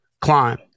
Climb